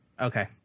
okay